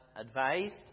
advised